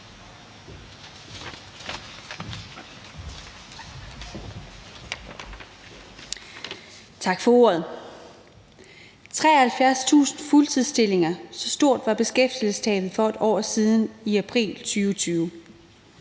Tak for ordet. 73.000 fuldtidsstillinger, så stort var beskæftigelsestabet for et år siden i april 2020.